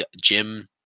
Jim